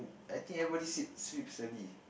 I think everybody sleep sleeps early